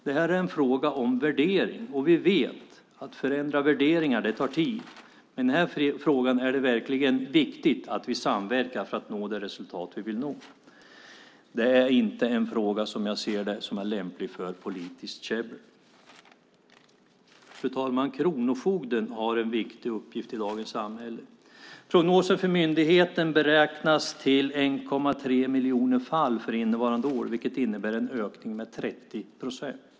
Det här är en fråga om värdering, och vi vet att det tar tid att förändra värderingar. Men i den här frågan är det verkligen viktigt att vi samverkar för att nå det resultat som vi vill nå. Det är inte en fråga, som jag ser det, som är lämplig för politiskt käbbel. Fru talman! Kronofogden har en viktig uppgift i dagens samhälle. Prognosen för myndigheten beräknas till 1,3 miljoner fall för innevarande år, vilket innebär en ökning med 30 procent.